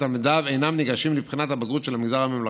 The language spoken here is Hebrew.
ותלמידיו אינם ניגשים לבחינת הבגרות של המגזר הממלכתי.